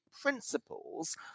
principles